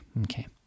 Okay